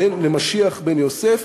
למשיח בן יוסף,